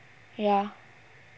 ya